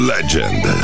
Legend